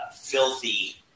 Filthy